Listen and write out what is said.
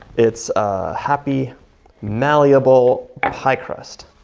it's a happy malleable high crust.